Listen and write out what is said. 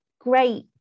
great